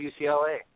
UCLA